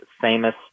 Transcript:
famous